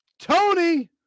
tony